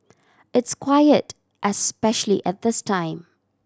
it's quiet especially at this time